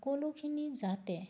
সকলোখিনি যাতে